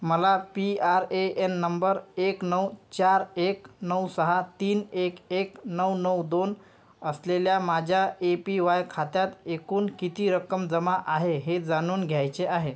मला P R A N number एक नऊ चार एक नऊ सहा तीन एक एक नऊ नऊ दोन असलेल्या माझ्या ए पी वाय खात्यात एकूण किती रक्कम जमा आहे हे जाणून घ्यायचे आहे